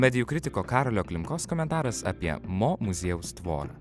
medijų kritiko karolio klimkos komentaras apie mo muziejaus tvorą